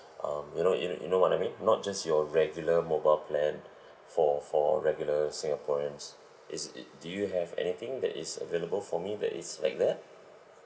um you know you know you know what I mean not just your regular mobile plan for for regular singaporeans is it do you have anything that is available for me that is like that